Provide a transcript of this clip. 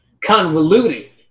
convoluted